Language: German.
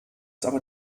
ist